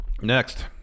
Next